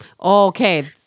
Okay